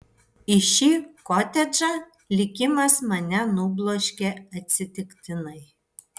į šį kotedžą likimas mane nubloškė atsitiktinai